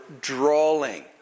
drawing